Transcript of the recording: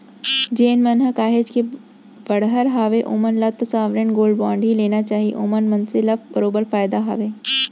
जेन मन ह काहेच के बड़हर हावय ओमन ल तो साँवरेन गोल्ड बांड ही लेना चाही ओमा मनसे ल बरोबर फायदा हावय